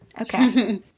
Okay